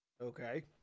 Okay